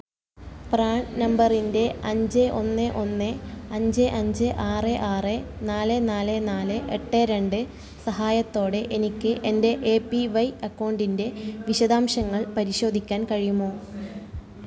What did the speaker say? PRAN നമ്പറിന്റെ അഞ്ച് ഒന്ന് ഒന്ന് അഞ്ച് അഞ്ച് ആറ് ആറ് നാല് നാല് നാല് എട്ട് രണ്ട് സഹായത്തോടെ എനിക്ക് എന്റെ എ പി വൈ അക്കൗണ്ടിന്റെ വിശദാംശങ്ങൾ പരിശോധിക്കാൻ കഴിയുമോ